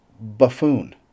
buffoon